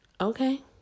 Okay